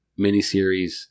miniseries